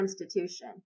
institution